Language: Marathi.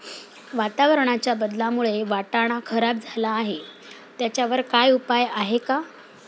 वातावरणाच्या बदलामुळे वाटाणा खराब झाला आहे त्याच्यावर काय उपाय आहे का?